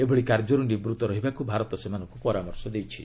ଏଭଳି କାର୍ଯ୍ୟରୁ ନିବୃତ୍ତ ରହିବାକୁ ଭାରତ ସେମାନଙ୍କୁ ପରାମର୍ଶ ଦେଇଛି